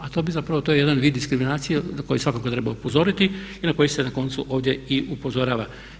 A to bi zapravo, to je jedan vid diskriminacije na koji svakako treba upozoriti i na koji se na koncu ovdje i upozorava.